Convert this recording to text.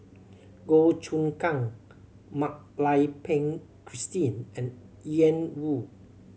Goh Choon Kang Mak Lai Peng Christine and Yan Woo